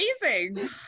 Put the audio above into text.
amazing